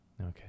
Okay